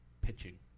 Pitching